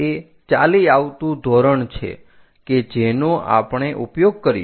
તે ચાલી આવતું ધોરણ છે કે જેનો આપણે ઉપયોગ કરીશું